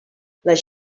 les